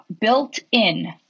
built-in